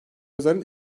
yazarın